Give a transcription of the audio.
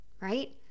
right